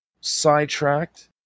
sidetracked